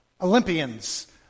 Olympians